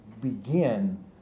begin